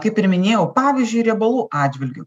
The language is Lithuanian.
kaip ir minėjau pavyzdžiui riebalų atžvilgiu